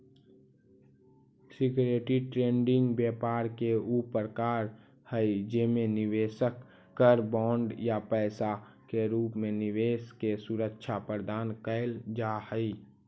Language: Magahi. सिक्योरिटी ट्रेडिंग व्यापार के ऊ प्रकार हई जेमे निवेशक कर बॉन्ड या पैसा के रूप में निवेश के सुरक्षा प्रदान कैल जा हइ